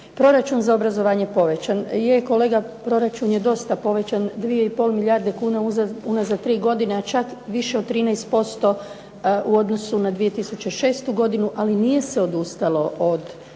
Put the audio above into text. proračun za obrazovanje povećan. Je, kolega, proračun je dosta povećan, 2 i pol milijarde kuna unazad tri godine, a čak više od 13% u odnosu na 2006. godinu, ali nije se odustalo od